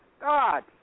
God